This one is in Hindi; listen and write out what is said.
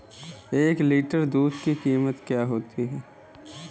एक लीटर दूध की कीमत क्या है?